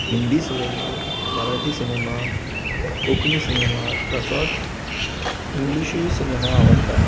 Hindi cinema Marathi cinema Konkani cinema तसोच इग्लिंशूय cinema आवडटा